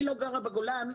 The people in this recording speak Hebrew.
אני לא גרה בגולן,